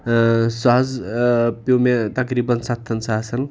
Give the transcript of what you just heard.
سُہ حٕظ پیٚو مےٚ تَقریٖبن سَتتھَن ساسَن